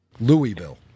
louisville